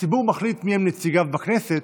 הציבור מחליט מיהם נציגיו בכנסת,